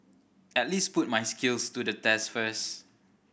at least put my skills to the test first